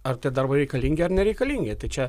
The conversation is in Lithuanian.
ar tie darbai reikalingi ar nereikalingi tai čia